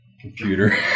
computer